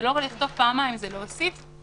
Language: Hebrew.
זה לא לכתוב פעמיים, זה להוסיף